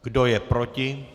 Kdo je proti?